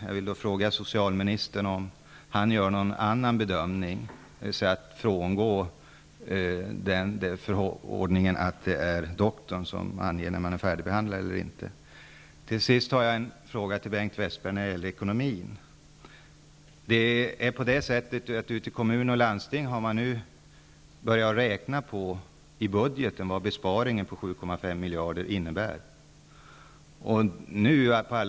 Till sist har jag en fråga till Bengt Westerberg om ekonomin. I kommuner och landsting har man nu börjat räkna i budgeten på vad besparingen på 7,5 miljarder kronor kommer att innebära.